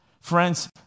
Friends